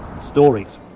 stories